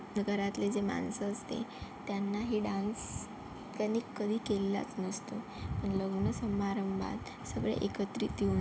घरातले जे माणसं असते त्यांनाही डान्स त्यांनी कधी केलेलाच नसतो लग्न समारंभात सगळे एकत्रित येऊन